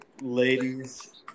ladies